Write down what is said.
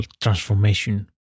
transformation